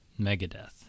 megadeth